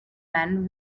men